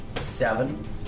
seven